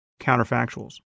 counterfactuals